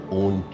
own